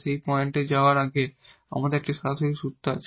সেই পয়েন্টে যাওয়ার আগে আমাদের একটি সরাসরি সূত্রও আছে